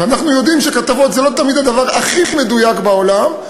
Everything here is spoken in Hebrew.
אנחנו יודעים שכתבות זה לא תמיד הדבר הכי מדויק בעולם,